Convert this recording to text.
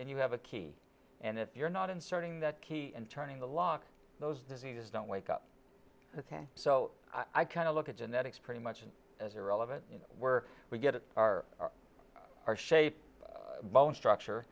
and you have a key and if you're not inserting that key and turning the lock those diseases don't wake up ok so i kind of look at genetics pretty much as irrelevant were we get our our shape bone structure